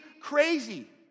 crazy